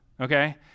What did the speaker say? Okay